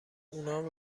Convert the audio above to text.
اونام